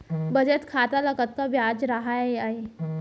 बचत खाता ल कतका ब्याज राहय आय?